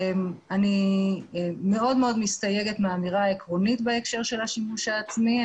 אני מאוד מאוד מסתייגת מן האמירה העקרונית בהקשר של השימוש העצמי.